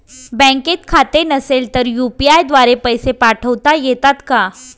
बँकेत खाते नसेल तर यू.पी.आय द्वारे पैसे पाठवता येतात का?